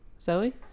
Zoe